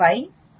2